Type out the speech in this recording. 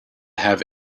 have